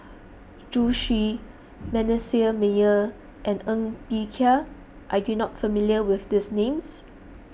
Zhu Xu Manasseh Meyer and Ng Bee Kia are you not familiar with these names